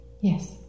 Yes